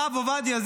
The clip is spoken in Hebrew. הרב עובדיה,